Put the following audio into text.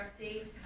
update